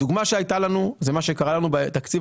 הדוגמה שהייתה לנו זה מה שקרה לנו בתקציב